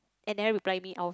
and never reply me i'll